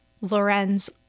Lorenz